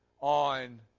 On